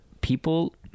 people